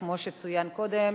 כמו שצוין קודם,